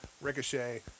Ricochet